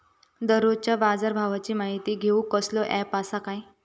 दररोजच्या बाजारभावाची माहिती घेऊक कसलो अँप आसा काय?